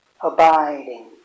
abiding